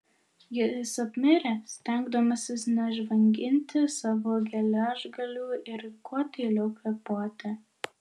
jis apmirė stengdamasis nežvanginti savo geležgalių ir kuo tyliau kvėpuoti